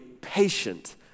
patient